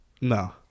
No